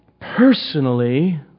personally